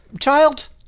child